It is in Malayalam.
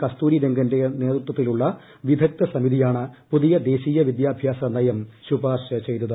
കസ്തൂരി രംഗന്റെ നേതൃത്തിലുള്ള വിദഗ്ദ്ധ സമിതിയാണ് പുതിയ ദേശീയ വിദ്യാഭ്യാസ നയം ശുപാർശ ചെയ്തത്